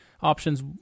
options